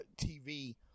TV